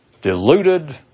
deluded